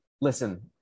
listen